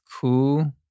cool